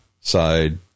side